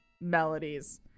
melodies